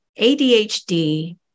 ADHD